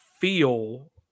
feel